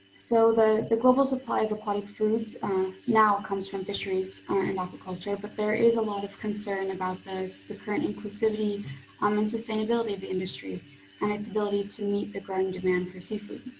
so the the global supply of aquatic foods now comes from fisheries and aquaculture but there is a lot of concern about the the current inclusivity um and sustainability of the industry and its ability to meet the growing demand for seafood.